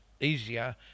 easier